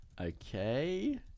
okay